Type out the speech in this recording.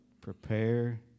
Prepare